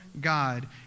God